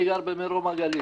אני גר במרום הגליל.